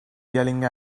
yelling